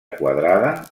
quadrada